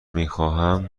میخواهم